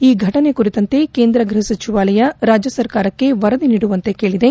ಈ ಘಟನೆ ಕುರಿತಂತೆ ಕೇಂದ್ರ ಗೃಹ ಸಚಿವಾಲಯ ರಾಜ್ಯ ಸರ್ಕಾರಕ್ಕೆ ವರದಿ ನೀಡುವಂತೆ ಕೇಳಿದೆ